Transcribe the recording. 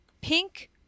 pink